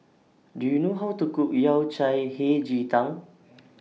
Do YOU know How to Cook Yao Cai Hei Ji Tang